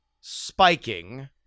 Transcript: spiking